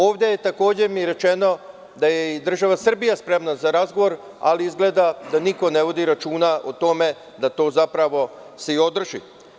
Ovde je takođe rečeno da je i država Srbija spremna za razgovor, ali izgleda da niko ne vodi računa o tome da se to i održi.